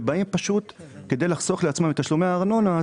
שבאים וטוענים את הטענה על מנת לחסוך לעצמם את תשלומי הארנונה.